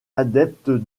adepte